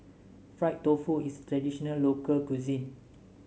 Fried Tofu is traditional local cuisine